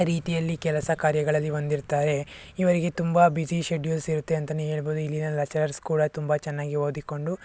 ರೀತಿಯಲ್ಲಿ ಕೆಲಸ ಕಾರ್ಯಗಳಲ್ಲಿ ಹೊಂದಿರ್ತಾರೆ ಇವರಿಗೆ ತುಂಬ ಬಿಸಿ ಶೆಡ್ಯುಲ್ಸ್ ಇರುತ್ತೆ ಅಂತಲೇ ಹೇಳ್ಬೋದು ಇಲ್ಲಿನ ಲೇಚರ್ಸ್ ಕೂಡ ತುಂಬ ಚೆನ್ನಾಗಿ ಓದಿಕೊಂಡು